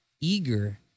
eager